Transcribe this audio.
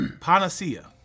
Panacea